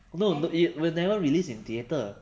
no it it will never release in theatre